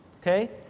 Okay